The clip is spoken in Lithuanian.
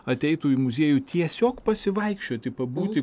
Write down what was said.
ateitų į muziejų tiesiog pasivaikščioti pabūti